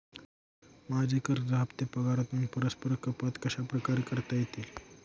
माझे कर्ज हफ्ते पगारातून परस्पर कपात कशाप्रकारे करता येतील?